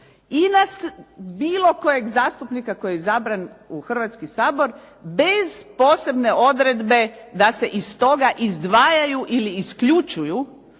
i na bilo kojeg zastupnika koji je izabran u Hrvatski sabor bez posebne odredbe da se iz toga izdvajaju ili isključuju